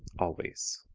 always.